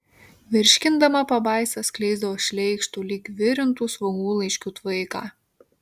virškindama pabaisa skleisdavo šleikštų lyg virintų svogūnlaiškių tvaiką